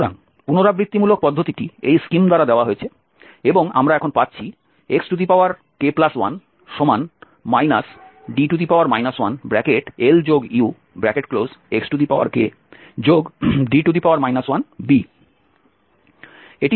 সুতরাং পুনরাবৃত্তিমূলক পদ্ধতিটি এই স্কিম দ্বারা দেওয়া হয়েছে এবং আমরা এখন পাচ্ছি xk1 D 1LUxD 1b